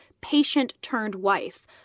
patient-turned-wife